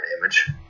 damage